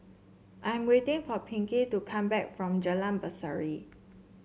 I am waiting for Pinkey to come back from Jalan Berseri